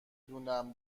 دونم